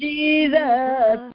Jesus